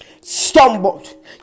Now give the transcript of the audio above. stumbled